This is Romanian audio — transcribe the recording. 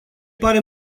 pare